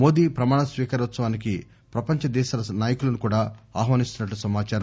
మోదీ ప్రమాణస్వీకారోత్సవానికి ప్రపంచ దేశాల నాయకులను కూడా ఆహ్వానిస్తున్నట్లు సమాచారం